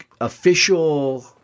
official